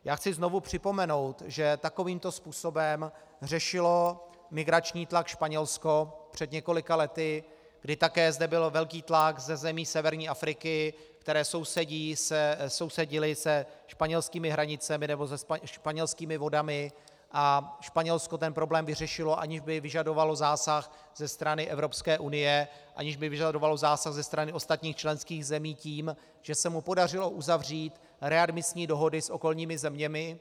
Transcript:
Já chci znovu připomenout, že takovýmto způsobem řešilo migrační tlak Španělsko před několika lety, kdy také zde byl velký tlak ze zemí severní Afriky, které sousedily se španělskými hranicemi nebo se španělskými vodami, a Španělsko ten problém vyřešilo, aniž by vyžadovalo zásah ze strany Evropské unie, aniž by vyžadovalo zásah ze strany ostatních členských zemí, tím, že se mu podařilo uzavřít readmisní dohody s okolními zeměmi.